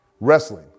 Wrestling